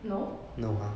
no